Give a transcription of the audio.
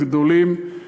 וגדולים,